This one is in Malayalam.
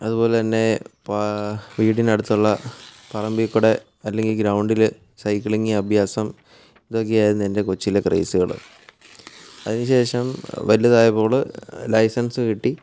അതുപോലെ തന്നെ പ വീട്ടിനടുത്തുള്ള പറമ്പിൽക്കൂടെ അല്ലെങ്കിൽ ഗ്രൌൻഡിൽ സൈക്ലിംഗ് അഭ്യാസം ഇതൊക്കെ ആയിരുന്നു എൻ്റെ കൊച്ചിലെ ക്രേസുകൾ അതിനുശേഷം വലുതായപ്പോൾ ലൈസൻസ് കിട്ടി